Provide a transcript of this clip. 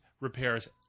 repairs